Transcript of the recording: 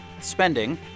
spending